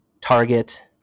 Target